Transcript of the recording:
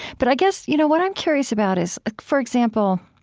but i guess you know what i'm curious about is, ah for example,